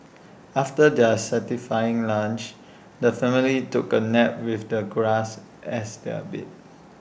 after their satisfying lunch the family took A nap with the grass as their bed